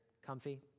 Comfy